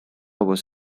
was